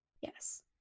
Yes